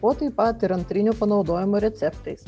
o taip pat ir antrinio panaudojimo receptais